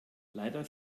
leider